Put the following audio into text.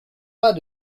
pas